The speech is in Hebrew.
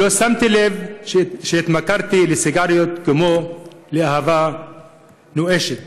ולא שמתי לב שהתמכרתי לסיגריות כמו לאהבה נואשת.